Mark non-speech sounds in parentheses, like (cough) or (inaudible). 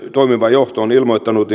toimiva johto on ilmoittanut (unintelligible)